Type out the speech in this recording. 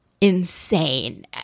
insane